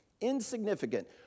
Insignificant